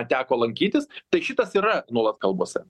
teko lankytis tai šitas yra nuolat kalbose